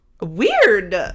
Weird